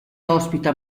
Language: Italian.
ospita